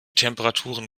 temperaturen